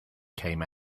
came